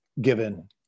given